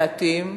מעטים,